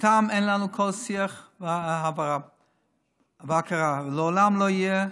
איתם אין לנו כל שיח והכרה, לעולם לא יהיו.